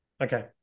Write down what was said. Okay